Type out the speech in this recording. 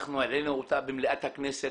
אנחנו העלינו אותה במליאת הכנסת,